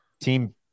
Team